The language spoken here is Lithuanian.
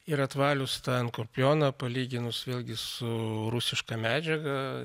ir atvalius tą enkolpijoną palyginus vėlgi su rusiška medžiaga